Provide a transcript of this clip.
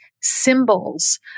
symbols